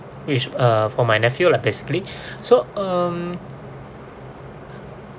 it's uh for my nephew lah basically so um